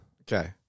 Okay